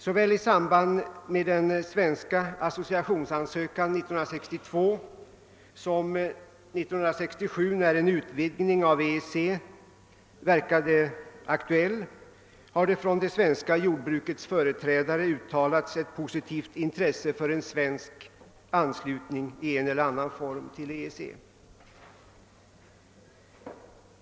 Såväl i samband med den svenska associationsansökan 1962 som med regeringens brev i frågan 1967, när en utvidgning av EEC verkade aktuell, har det från det svenska jordbrukets företrädare uttalats ett positivt intresse för en svensk anslutning till EEC i en eller annan form.